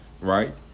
Right